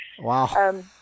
Wow